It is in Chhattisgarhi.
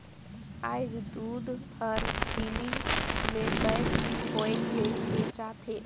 आयज दूद हर झिल्ली में पेक होयके बेचा थे